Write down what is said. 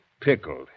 pickled